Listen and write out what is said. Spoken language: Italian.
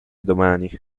domani